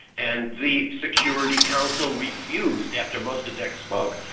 and the security council refused after mossadeq spoke,